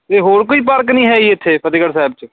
ਅਤੇ ਹੋਰ ਕੋਈ ਪਾਰਕ ਨਹੀਂ ਹੈ ਜੀ ਇੱਥੇ ਫਤਿਹਗੜ੍ਹ ਸਾਹਿਬ 'ਚ